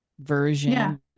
version